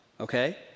okay